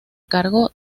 cargo